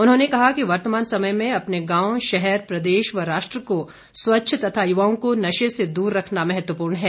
उन्होंने कहा कि वर्तमान समय में अपने गांव शहर प्रदेश व राष्ट्र को स्वच्छ तथा युवाओं को नशे से दूर रखना महत्वपूर्ण है